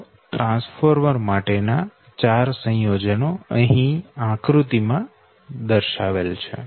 તો ટ્રાન્સફોર્મર માટે ના 4 સંયોજનો અહી આકૃતિ માંદર્શાવેલ છે